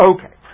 Okay